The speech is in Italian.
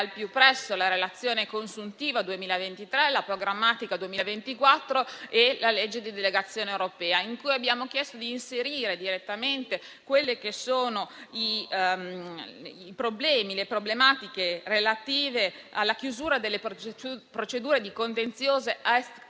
al più presto la relazione consuntiva 2023, la relazione programmatica 2024 e la legge di delegazione europea, in cui abbiamo chiesto di inserire direttamente le problematiche relative alla chiusura delle procedure di contenzioso *ex* articolo